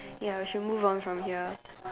ya we should move on from here